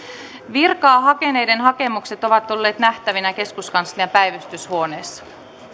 virkaa hakeneiden hakemukset ovat olleet nähtävinä keskuskanslian päivystyshuoneessa